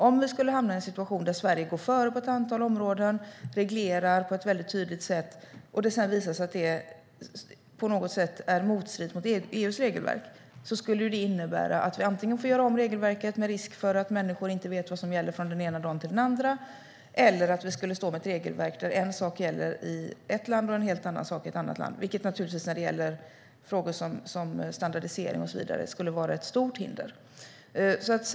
Om vi skulle hamna i en situation där Sverige går före på ett antal områden och reglerar på ett väldigt tydligt sätt och det sedan visar sig att det strider mot EU:s regelverk skulle det innebära antingen att vi får göra om regelverket, med risk för att människor inte vet vad som gäller från den ena dagen till den andra, eller att vi står med ett regelverk där en sak gäller i ett land och en helt annan sak gäller i ett annat land, vilket naturligtvis skulle vara ett stort hinder när det gäller standardisering och så vidare.